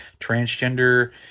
transgender